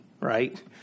right